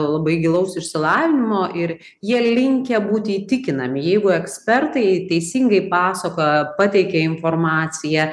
labai gilaus išsilavinimo ir jie linkę būti įtikinami jeigu ekspertai teisingai pasakojo pateikė informaciją